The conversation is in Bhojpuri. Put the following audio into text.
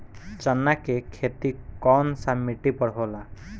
चन्ना के खेती कौन सा मिट्टी पर होला?